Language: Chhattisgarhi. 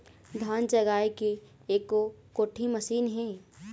धान जगाए के एको कोठी मशीन हे?